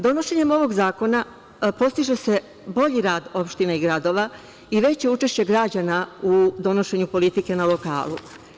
Donošenjem ovog zakona postiže se bolji rad opština i gradova i veće učešće građana u donošenju politike na lokalu.